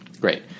Great